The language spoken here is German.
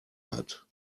hat